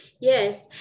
yes